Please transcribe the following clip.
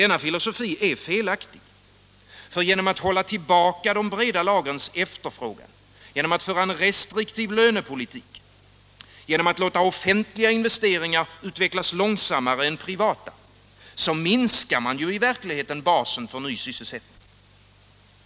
Denna filosofi är felaktig, ty genom att hålla tillbaka de breda lagrens efterfrågan, genom att föra en restriktiv lönepolitik, genom att låta offentliga investeringar utvecklas långsammare än privata minskar man i verkligheten basen för ny sysselsättning.